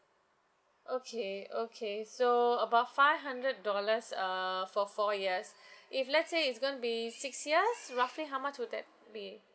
okay okay so about five hundred dollars uh for four years if let's say it's gonna be six years roughly how much would that be